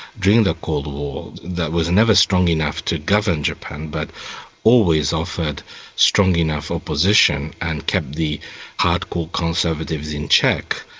during the cold war that was never strong enough to govern japan but always offered strong enough opposition and kept the hard-core conservatives in check,